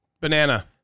banana